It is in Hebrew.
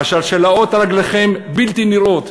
השלשלאות על רגליכם בלתי נראות,